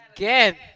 Again